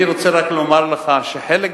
אני רק רוצה לומר לך שחלק גדול,